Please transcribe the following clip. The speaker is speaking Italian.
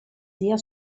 zia